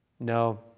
No